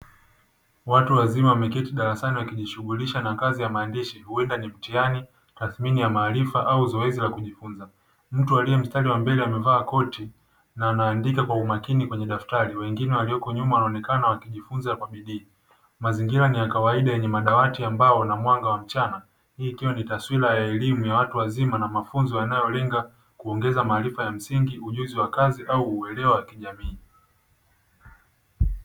Watu wazima wameketi darasani wakijishughulisha na kazi ya maandishi, huenda ni mtihani, tathmini ya maarifa au zoezi la kujifunza, mtu aliye mstari wa mbele amevaa koti na anaandika kwa umakini kwenye daftari, wengine walioko nyuma wanaonekana wakijifunza kwa bidii. Mazingira ni ya kawaida yenye madawati ya mbao na mwanga wa mchana, hii ikiwa ni taswira ya elimu ya watu wazima na mafunzo yanayolenga kuongeza maarifa ya msingi ujuzi wa kazi na uelewa wa kijamii.